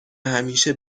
همیشه